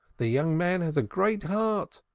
the young man has a great heart,